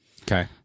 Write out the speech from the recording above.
Okay